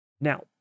Now